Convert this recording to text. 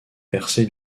percé